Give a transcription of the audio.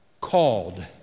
called